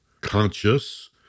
conscious